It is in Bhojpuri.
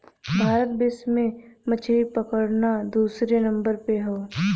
भारत विश्व में मछरी पकड़ना दूसरे नंबर पे हौ